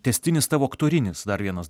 tęstinis tavo aktorinis dar vienas